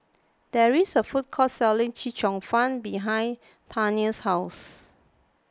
there is a food court selling Chee Cheong Fun behind Tania's house